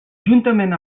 juntament